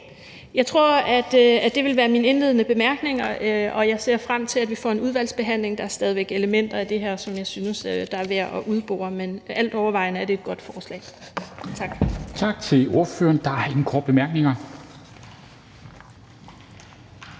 Jeg tror, at det skal være mine indledende bemærkninger, og jeg ser frem til, at vi får en udvalgsbehandling. Der er stadig væk elementer i det her, som jeg synes er værd at udbore, men altovervejende er det et godt forslag. Tak.